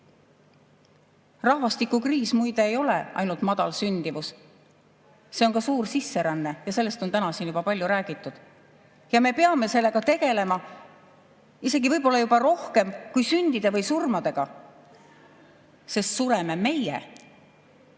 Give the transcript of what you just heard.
Rahvastikukriis, muide, ei ole ainult madal sündimus. See on ka suur sisseränne ja sellest on täna siin juba palju räägitud. Me peame sellega tegelema isegi võib-olla juba rohkem kui sündide või surmadega, sest sureme meie